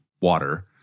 water